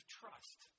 trust